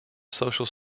social